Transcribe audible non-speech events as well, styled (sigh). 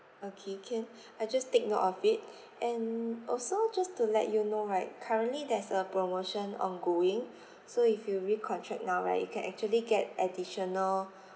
okay can (breath) I just take note of it (breath) and also just to let you know right currently there's a promotion ongoing (breath) so if you recontract now right you can actually get additional